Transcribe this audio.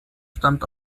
stammt